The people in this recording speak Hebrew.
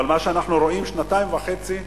אבל מה שאנחנו רואים שנתיים וחצי,